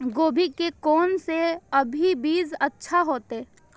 गोभी के कोन से अभी बीज अच्छा होते?